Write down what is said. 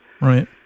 Right